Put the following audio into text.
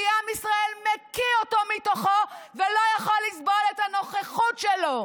כי עם ישראל מקיא אותו מתוכו ולא יכול לסבול את הנוכחות שלו.